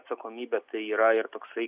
atsakomybę tai yra ir toksai